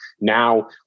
now